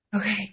Okay